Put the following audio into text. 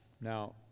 Now